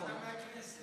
בהובלתך,